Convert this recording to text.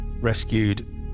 rescued